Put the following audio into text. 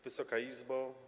Wysoka Izbo!